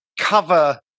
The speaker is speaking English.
cover